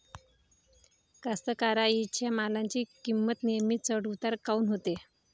कास्तकाराइच्या मालाची किंमत नेहमी चढ उतार काऊन होते?